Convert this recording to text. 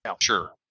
Sure